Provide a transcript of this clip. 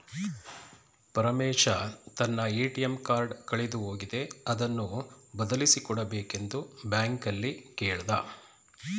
ಪರಮೇಶ ತನ್ನ ATM card ಕಳೆದು ಹೋಗಿದೆ ಅದನ್ನು ಬದಲಿಸಿ ಕೊಡಬೇಕೆಂದು ಬ್ಯಾಂಕಲ್ಲಿ ಕೇಳ್ದ